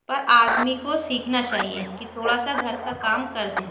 पर आदमी को सीखना चाहिए कि थोड़ा सा घर का काम कर दें